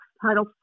Title